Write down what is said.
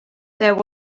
there